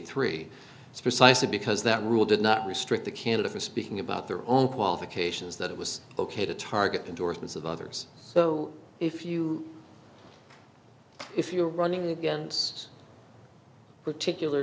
three it's precisely because that rule did not restrict the candidate for speaking about their own qualifications that it was ok to target endorsements of others so if you if you're running against particular